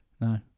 no